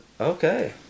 Okay